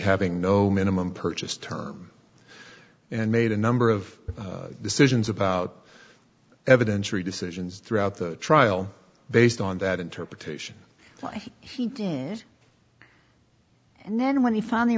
having no minimum purchase term and made a number of decisions about evidence or decisions throughout the trial based on that interpretation why he did it and then when he finally